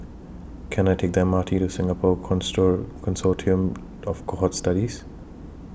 Can I Take The M R T to Singapore consort Consortium of Cohort Studies